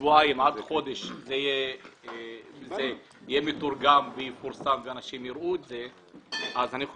שתוך שבועיים עד חודש זה יהיה מתורגם ויפורסם ואנשים יראו את זה התחילה